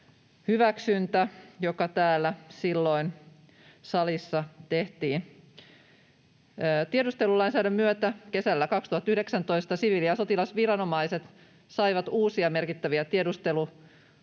hyväksyntä, joka täällä salissa silloin tehtiin. Tiedustelulainsäädännön myötä kesällä 2019 siviili- ja sotilasviranomaiset saivat uusia merkittäviä tiedustelutoimivaltuuksia.